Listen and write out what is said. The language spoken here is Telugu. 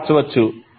గా మార్చవచ్చు